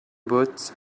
boots